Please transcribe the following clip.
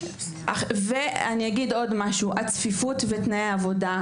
ואני אגיד עוד, הצפיפות ותנאי העבודה.